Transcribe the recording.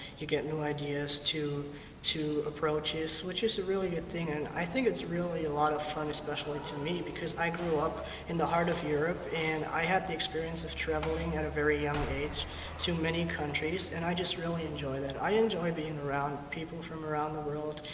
you get new ideas to to approaches, which is a really good thing. and i think it's really a lot of fun, especially to me, because i grew up in the heart of europe. and i had the experience of traveling at a very young age to many countries. and i just really enjoy that. i enjoy being around people from around the world,